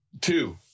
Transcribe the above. two